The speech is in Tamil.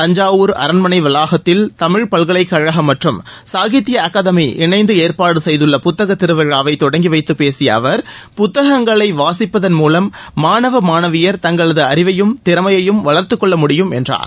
தஞ்சாவூர் அரண்மனை வளாகத்தில் தமிழ்ப் பல்கலைக்கழகம் மற்றும் சாகித்ய அகாடமி இணைந்து ஏற்பாடு செய்துள்ள புத்தகத் திருவிழாவை தொடங்கி வைத்துப் பேசிய அவர் புத்தகங்களை வாசிப்பதன் மூலம் மாணவ மாணவியர் தங்களது அறிவையும் திறமையையும் வளர்த்துக் கொள்ள முடியும் என்றார்